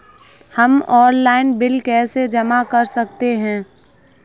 हम online bill कैसे जमा कर सकते हैं?